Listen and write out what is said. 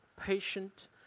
patient